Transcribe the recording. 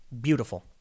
Beautiful